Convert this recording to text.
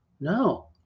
no